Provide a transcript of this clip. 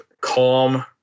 calm